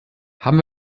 haben